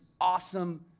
awesome